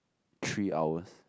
three hours